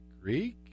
Greek